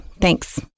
Thanks